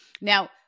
now